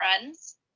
friends